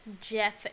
Jeff